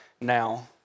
now